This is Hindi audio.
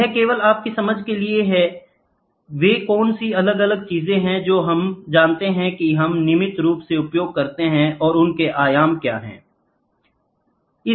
यह केवल आपकी समझ के लिए है वे कौन सी अलग अलग चीजें हैं जो हम जानते हैं कि हम नियमित रूप से उपयोग करते हैं और उनके आयाम क्या हैं